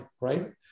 right